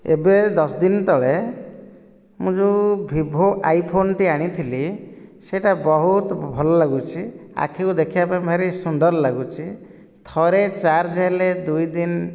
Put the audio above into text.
ଏବେ ଦଶଦିନ ତଳେ ମୁଁ ଯେଉଁ ଭିଭୋ ଆଇ ଫୋନଟି ଆଣିଥିଲି ସେହିଟା ବହୁତ ଭଲ ଲାଗୁଛି ଆଖିକୁ ଦେଖିବା ପାଇଁ ଭାରି ସୁନ୍ଦର ଭଲ ଲାଗୁଛି ଥରେ ଚାର୍ଜ ହେଲେ ଦୁଇଦିନ